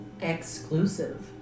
Exclusive